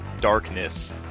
Darkness